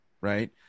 Right